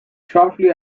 shortly